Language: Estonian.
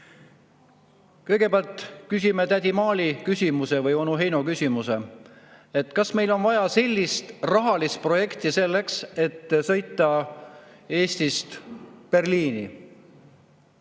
Kõigepealt küsime tädi Maali küsimuse või onu Heino küsimuse, et kas meil on vaja sellist rahalist projekti selleks, et sõita Eestist Berliini.